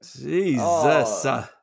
Jesus